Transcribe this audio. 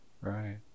Right